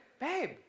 babe